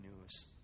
news